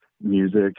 music